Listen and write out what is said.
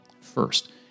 first